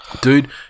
Dude